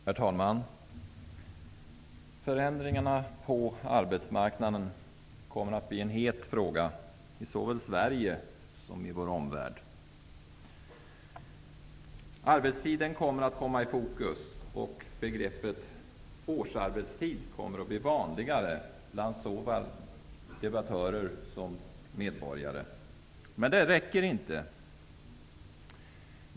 Herr talman! Förändringarna på arbetsmarknaden kommer att bli en het fråga såväl i Sverige som i vår omvärld. Arbetstiden kommer att hamna i fokus, och begreppet årsarbetstid kommer att bli vanligare bland både debattörer och medborgare. Men detta räcker inte.